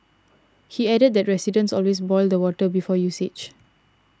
he added that residents always boil the water before usage